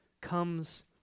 comes